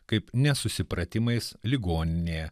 kaip nesusipratimais ligoninėje